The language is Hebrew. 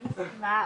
מסכימה.